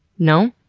no?